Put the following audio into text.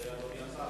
אדוני השר,